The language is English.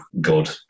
good